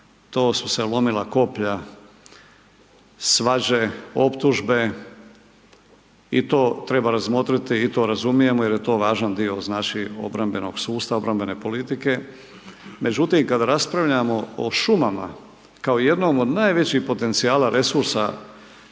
to su se lomila koplja, svađe, optužbe i to treba razmotriti i to razumijemo jer je to važan dio znači obrambenog sustava, obrambene politike. Međutim, kada raspravljamo o šumama kao jednom od najvećih potencijala, resursa